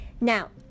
Now